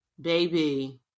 Baby